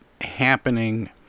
happening